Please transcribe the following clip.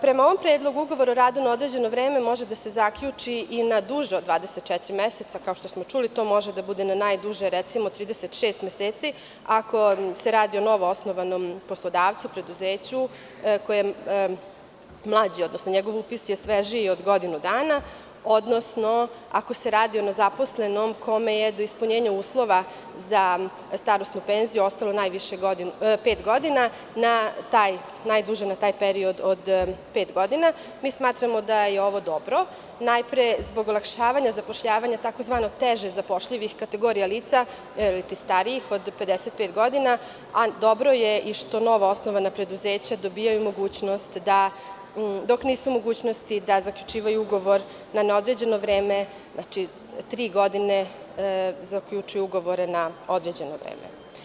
Prema ovom predlogu, ugovor o radu na određeno vreme može da se zaključi i na duže od 24 meseca, kao što smo čuli, to može da bude na najduže 36 meseci, ako se radi o novoosnovanom poslodavcu, preduzeću, koji je mlađi, odnosno njegov upis je svežiji od godinu dana, odnosno ako se radi o nezaposlenom kome je do ispunjenja uslova za starosnu penziju ostalo najviše pet godina, najduže na taj period od pet godina, mi smatramo da je ovo dobro, najpre zbog olakšavanja zapošljavanja, takozvanog teže zapošljivih kategorija lica verujte starijih od 55 godina, ali dobro je i što novoosnovana preduzeća dobijaju mogućnost da dok nisu u mogućnosti da zaključivaju ugovor na neodređeno vreme, znači tri godine, zaključuju ugovore na određeno vreme.